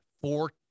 four